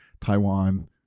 Taiwan